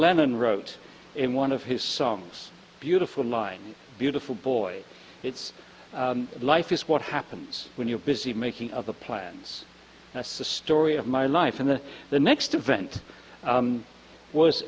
lennon wrote in one of his songs beautiful line beautiful boy it's life is what happens when you're busy making other plans that's the story of my life and then the next event